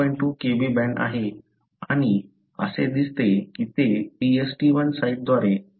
2 Kb band आहे आणि असे दिसते की ते PstI साइटद्वारे 3